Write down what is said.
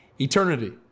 eternity